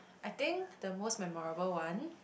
I think the most memorable one